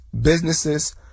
businesses